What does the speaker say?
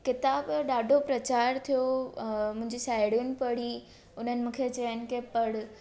किताबु ॾाढो प्रचार थियो मुंहिजूं साहेड़ियुनि पढ़ी उन्हनि मूंखे चइनि के पढ़ु